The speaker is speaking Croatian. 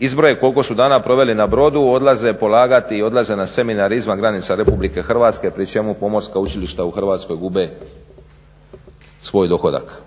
izbroje koliko su dana proveli na brodu odlaze polagati i odlaze na seminare izvan granica Republike Hrvatske pri čemu pomorska učilišta u Hrvatskoj gube svoj dohodak.